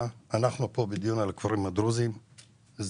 אנחנו כאן בדיון על הכפרים הדרוזים וזה